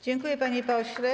Dziękuję, panie pośle.